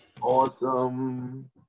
Awesome